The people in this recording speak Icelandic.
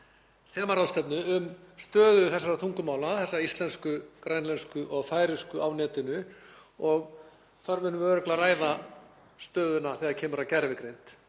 þemaráðstefnu um stöðu þessara tungumála, íslensku, grænlensku og færeysku á netinu og þar munum við örugglega ræða stöðuna þegar kemur að gervigreind.